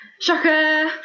Shocker